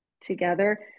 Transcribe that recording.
together